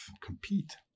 compete